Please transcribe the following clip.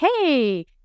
hey